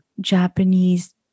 Japanese